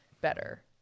better